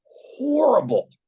horrible